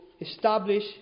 establish